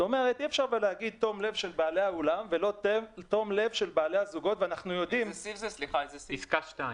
מאיפה בעלי האולמות יחזירו את הכסף?